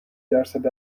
درصد